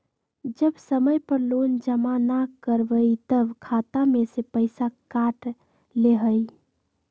जब समय पर लोन जमा न करवई तब खाता में से पईसा काट लेहई?